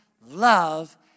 love